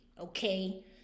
okay